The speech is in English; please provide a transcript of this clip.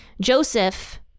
Joseph